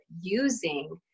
using